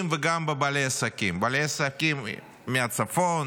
וגם בבעלי עסקים בעלי עסקים מהצפון,